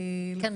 כן,